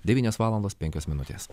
devynios valandos penkios minutės